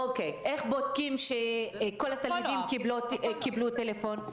איך בודקים שכל התלמידים קיבלו טלפון?